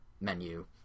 menu